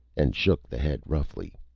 and shook the head roughly.